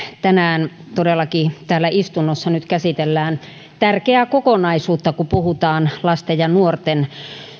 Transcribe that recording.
tänään todellakin istunnossa käsitellään tärkeää kokonaisuutta kun puhutaan lasten ja nuorten